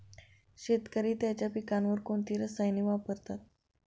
शेतकरी त्यांच्या पिकांवर कोणती रसायने वापरतात?